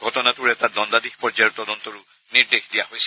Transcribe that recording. ঘটনাটোৰ এটা দণ্ডাধীশ পৰ্যায়ৰ তদন্তৰো নিৰ্দেশ দিয়া হৈছে